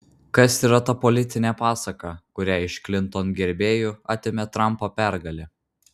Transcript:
kas yra ta politinė pasaka kurią iš klinton gerbėjų atėmė trampo pergalė